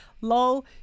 Lol